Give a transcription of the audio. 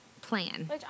Plan